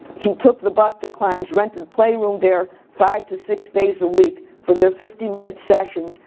he took the bus to klein's rented playroom there, five to six days a week, for their fifty minute sessions,